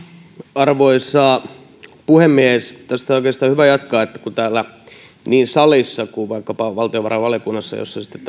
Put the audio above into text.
arvoisa puhemies tästä on oikeastaan hyvä jatkaa että kyllähän niin täällä salissa kuin vaikkapa valtiovarainvaliokunnassa jossa sitten